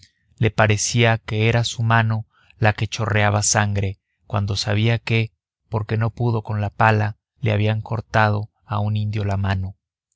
le parecía que era su mano la que chorreaba sangre cuando sabía que porque no pudo con la pala le habían cortado a un indio la mano